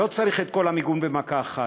לא צריך את כל המיגון במכה אחת.